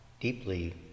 deeply